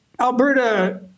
Alberta